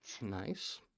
Nice